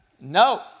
No